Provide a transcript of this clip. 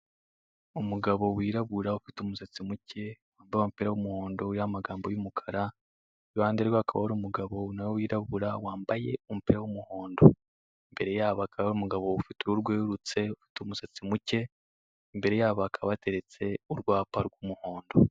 Umugabo wirabura ufite umusatsi muke, wambaye umupira w'umuhondo uriho amagambo y'umukara, iruhande rwe habaka hari umugabo nawe wirabura wambaye umupira w'umuhondo, imbere y'abo hakaba hari umugabo ufite uruhu rwerurutse ufite umusatsi muke, imbere yabo hakaba hateretse urwapa rw'umuhondo.